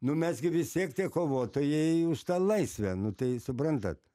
nu mes gi vistiek tie kovotojai už tą laisvę nu tai suprantat